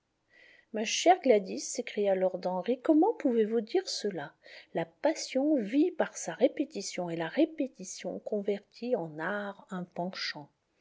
ma chère gladys s'écria lord henry comment pouvez-vous dire cela la passion vit par sa répétition et la répétition convertit en art un penchant